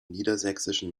niedersächsischen